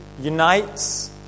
unites